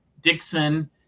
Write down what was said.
Dixon